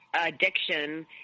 addiction